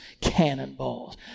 cannonballs